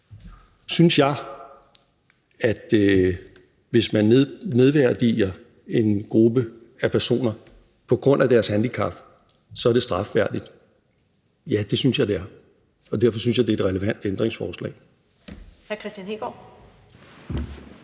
Synes jeg, at det, hvis man nedværdiger en gruppe personer på grund af deres handicap, er strafværdigt? Ja, det synes jeg det er, og derfor synes jeg, det er et relevant ændringsforslag.